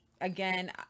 again